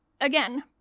again